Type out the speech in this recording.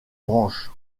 branche